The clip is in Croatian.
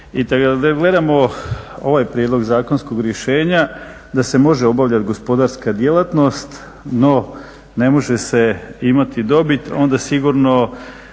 I tako da gledamo ovaj prijedlog zakonskog rješenja da se može obavljat gospodarska djelatnost, no ne može se imati dobit onda sigurno